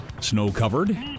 snow-covered